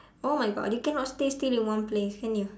oh my god you cannot stay still in one place can you